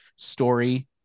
story